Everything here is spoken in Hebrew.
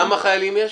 כמה חיילים יש?